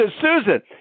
Susan